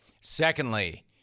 Secondly